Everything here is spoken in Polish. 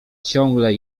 ciągłe